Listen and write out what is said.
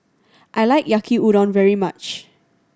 I like Yaki Udon very much